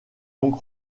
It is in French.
donc